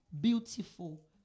beautiful